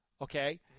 Okay